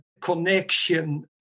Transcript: connection